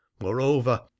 moreover